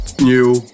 new